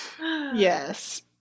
Yes